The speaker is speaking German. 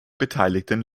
beteiligten